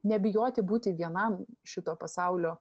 nebijoti būti vienam šito pasaulio